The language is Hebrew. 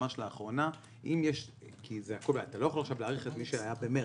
ממש לאחרונה כי אתה לא יכול עכשיו להאריך את מי שהיה במרץ,